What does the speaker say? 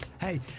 Hey